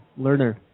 Lerner